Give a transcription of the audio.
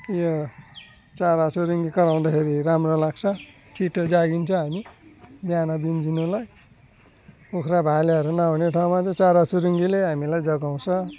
यो चराचुरुङ्गी कराउँदाखेरि राम्रो लाग्छ छिटो जागिन्छ हामी बिहान बिउँझनुलाई कुखुरा भालेहरू नहुने ठाउँमा त चरा चुरुङ्गीले हामीलाई जगाउँछ